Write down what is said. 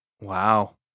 Wow